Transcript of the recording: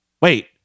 wait